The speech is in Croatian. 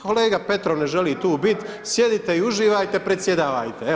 Kolega Petrov ne želi tu biti, sjedite i uživajte, predsjedavajte.